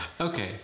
Okay